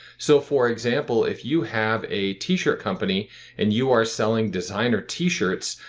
so for example, if you have a t-shirt company and you are selling designer t-shirts,